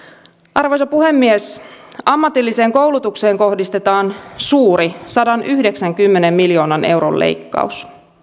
arvoisa puhemies ammatilliseen koulutukseen kohdistetaan suuri sadanyhdeksänkymmenen miljoonan euron leikkaus